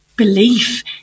belief